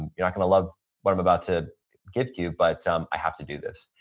you're not going to love what i'm about to give to you but i have to do this.